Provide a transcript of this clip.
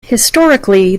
historically